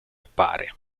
appare